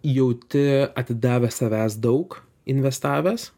jauti atidavęs savęs daug investavęs